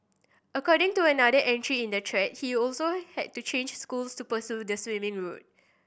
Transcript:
according to another entry in the thread he also had to change schools to pursue the swimming route